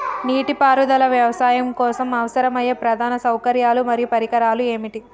నీటిపారుదల వ్యవసాయం కోసం అవసరమయ్యే ప్రధాన సౌకర్యాలు మరియు పరికరాలు ఏమిటి?